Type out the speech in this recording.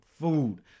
food